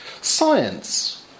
science